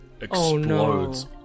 explodes